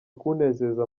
kunezeza